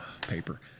paper